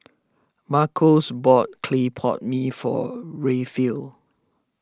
Marcos bought Clay Pot Mee for Rayfield